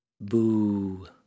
Boo